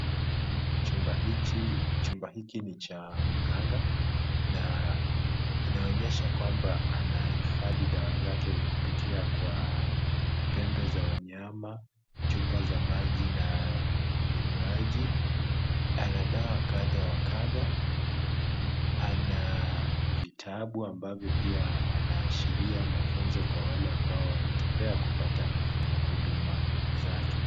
Chumba hiki ni cha mganga na inaonyesha kwamba anahifadhi dawa zake kupitia Kwa pembe za wanyama, chupa za maji na vinywaji. Ana dawa kadhaa wa kadhaa, anavitabu ambazo pia vinaashiria mafunzo Kwa wale ambao wanatembea kupata huduma zake.